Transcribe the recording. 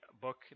book